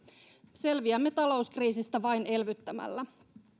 selviämme talouskriisistä vain elvyttämällä